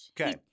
Okay